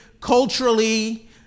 culturally